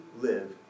live